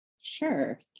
Sure